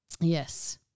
Yes